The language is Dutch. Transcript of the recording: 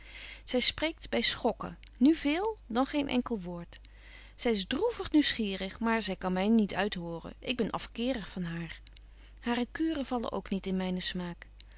zy spreekt by schokken nu véél dan geen enkel woord zy is droevig nieuwsgierig maar zy kan my niet uithoren ik ben afkeerig van haar hare kuren vallen ook niet in mynen smaak